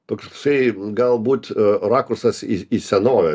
toksai galbūt rakursas į į senovę